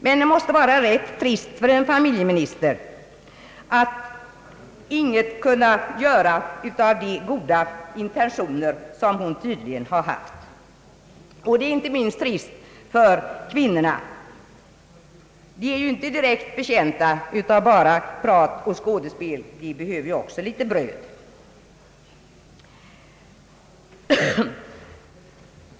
Men det måste vara rätt trist för en familjeminister att ingenting kunna göra av de goda intentioner, som hon tydligen har haft, och det är inte minst trist för kvinnorna. De är ju inte direkt betjänta av bara prat och skådespel. De behöver ju också litet bröd.